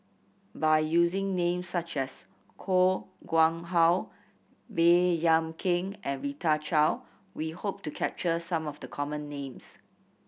by using names such as Koh Nguang How Baey Yam Keng and Rita Chao we hope to capture some of the common names